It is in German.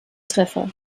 treffer